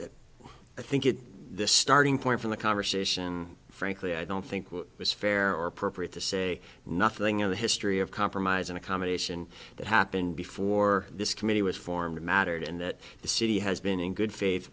guess i think it's the starting point from the conversation frankly i don't think it was fair or appropriate to say nothing in the history of compromise and accommodation that happened before this committee was formed mattered and that the city has been in good faith